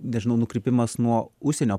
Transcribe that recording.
nežinau nukrypimas nuo užsienio